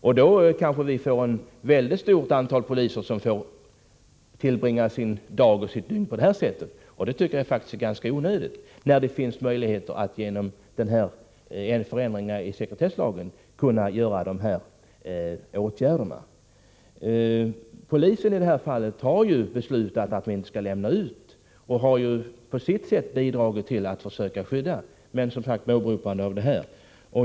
Vi får kanske ett mycket stort antal personer som lever sitt liv med denna bevakning. Detta är ganska onödigt när vi genom förändring i sekretesslagen kan åtgärda detta problem. I det av mig nämnda fallet har polisen beslutat att inte lämna ut adressen och har på sitt sätt bidragit till att försöka ge ett skydd.